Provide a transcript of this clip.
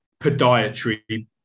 podiatry